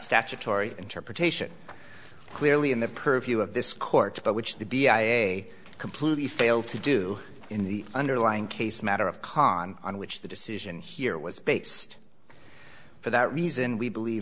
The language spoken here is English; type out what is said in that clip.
statutory interpretation clearly in the purview of this court but which the b i a completely failed to do in the underlying case matter of con on which the decision here was based for that reason we believe